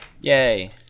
Yay